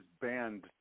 banned